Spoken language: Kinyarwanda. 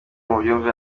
mubyumve